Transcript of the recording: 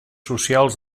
socials